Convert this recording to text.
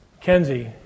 Kenzie